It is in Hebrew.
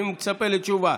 אני מצפה לתשובה.